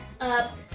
up